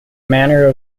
manor